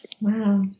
Wow